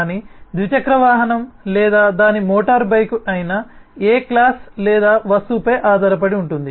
కానీ ద్విచక్ర వాహనం లేదా దాని మోటారుబైక్ అయినా ఏక్లాస్ లేదా వస్తువుపై ఆధారపడి ఉంటుంది